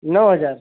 नौ हजार